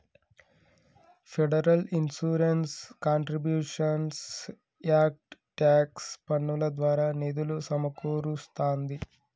federal insurance contributions act tax పన్నుల ద్వారా నిధులు సమకూరుస్తాంది